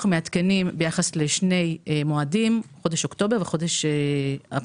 אנחנו מעדכנים ביחס לשני מועדים: חודש אוקטובר וחודש אפריל.